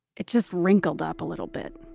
it's just wrinkled up a little bit